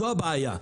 זו הבעיה.